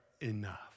enough